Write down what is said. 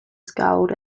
scowled